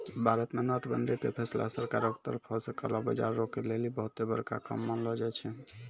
भारत मे नोट बंदी के फैसला सरकारो के तरफो से काला बजार रोकै लेली बहुते बड़का काम मानलो जाय छै